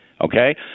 Okay